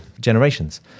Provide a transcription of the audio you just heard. generations